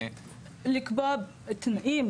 לקבוע תנאים,